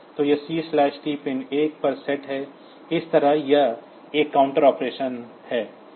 तो यह C T pin 1 पर सेट है इस तरह यह एक काउंटर ऑपरेशन है